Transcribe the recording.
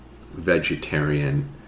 vegetarian